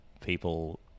people